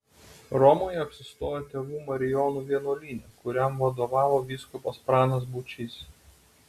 romoje apsistojo tėvų marijonų vienuolyne kuriam vadovavo vyskupas pranas būčys